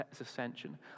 ascension